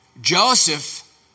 Joseph